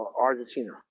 Argentina